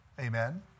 Amen